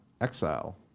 exile